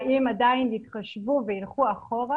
האם עדיין התחשבו ויילכו אחורה,